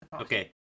Okay